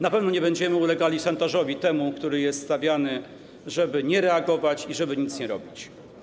Na pewno nie będziemy ulegali szantażowi, temu, który jest stawiany, żeby nie reagować i żeby nic nie robić.